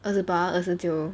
二十八二十九